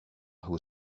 who